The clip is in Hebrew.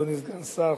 אדוני סגן השר,